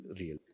real